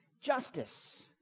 justice